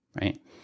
right